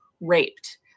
raped